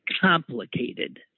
complicated